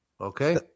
okay